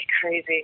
crazy